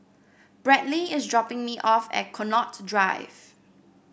Brantley is dropping me off at Connaught Drive